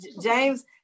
James